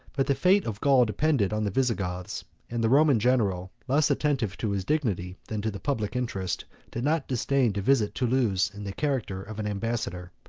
but the fate of gaul depended on the visigoths and the roman general, less attentive to his dignity than to the public interest did not disdain to visit thoulouse in the character of an ambassador.